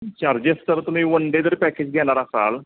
charges तर तुम्ही one day जर पॅकेज घेणार असाल